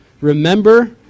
remember